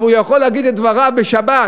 אבל הוא יכול להגיד את דבריו בשבת,